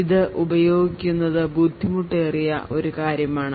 അത് ഉപയോഗിക്കുന്നത് ബുദ്ധിമുട്ടേറിയ ഒരു കാര്യമാണ്